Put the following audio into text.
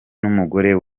n’umugore